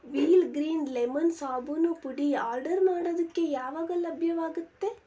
wheel green lemon ಸಾಬೂನು ಪುಡಿ order ಮಾಡೋದಕ್ಕೆ ಯಾವಾಗ ಲಭ್ಯವಾಗತ್ತೆ